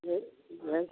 यही यही